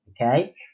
okay